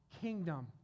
kingdom